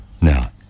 Now